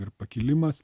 ir pakilimas